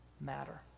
matter